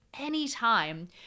anytime